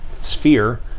sphere